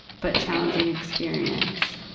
but challenging experience,